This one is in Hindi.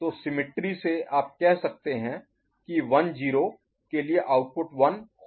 तो सिमिट्री Symmetry समरूपता से आप कह सकते हैं कि 1 0 के लिए आउटपुट 1 हो जाएगा